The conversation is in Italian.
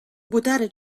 buttare